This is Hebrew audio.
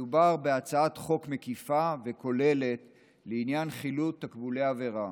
מדובר בהצעת חוק מקיפה וכוללת לעניין חילוט תקבולי עבירה,